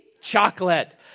chocolate